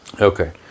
Okay